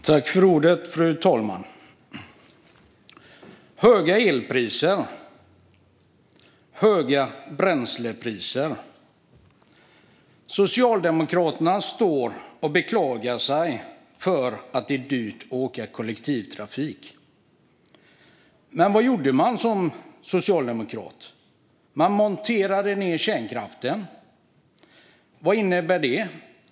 Fru talman! Det är höga elpriser och höga bränslepriser. Socialdemokraterna står och beklagar sig över att det är dyrt att åka kollektivtrafik. Men vad gjorde Socialdemokraterna i regeringsställning? De monterade ned kärnkraften. Vad innebär det?